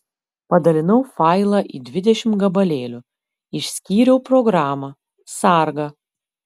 padalinau failą į dvidešimt gabalėlių išskyriau programą sargą